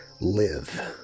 live